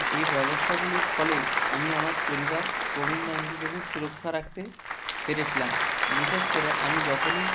এই ব্যবস্থাগুলির ফলে আমি আমার পরিবার কোভিড নাইনটিন থেকে সুরক্ষা রাখতে পেরেছিলাম বিশেষ করে আমি যখনই